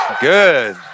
Good